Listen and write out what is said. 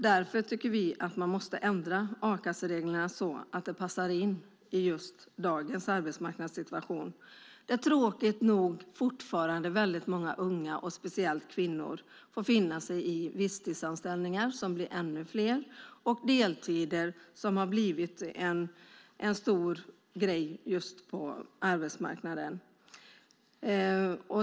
Därför tycker vi att man måste ändra a-kassereglerna så att de passar in i dagens arbetsmarknadssituation, där tråkigt nog fortfarande väldigt många unga och speciellt kvinnor får finna sig i visstidsanställningar, som blir ännu fler, och deltider, som har blivit en stor grej på arbetsmarknaden.